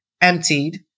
emptied